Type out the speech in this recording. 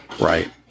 right